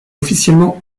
officiellement